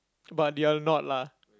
but they're not lah